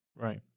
Right